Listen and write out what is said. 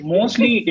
Mostly